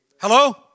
Hello